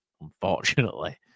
unfortunately